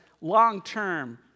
long-term